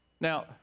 Now